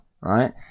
right